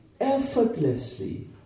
effortlessly